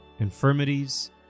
infirmities